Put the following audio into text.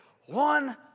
one